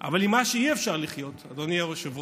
אבל מה שאי-אפשר לחיות איתו, אדוני היושב-ראש,